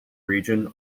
region